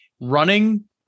running